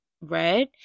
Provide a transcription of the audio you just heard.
red